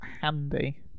Handy